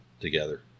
together